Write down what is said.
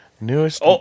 Newest